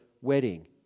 wedding